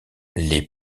les